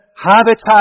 habitat